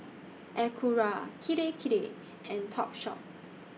Acura Kirei Kirei and Topshop